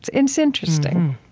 it's it's interesting